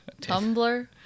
Tumblr